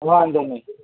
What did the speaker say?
વાંધો નહીં